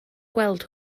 gweld